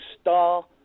star